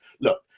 look